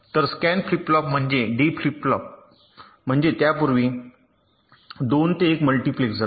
तर scan flip flop म्हणजे D flip flop म्हणजे त्यापूर्वी 2 ते 1 मल्टीप्लेसर